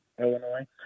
Illinois